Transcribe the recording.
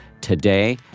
today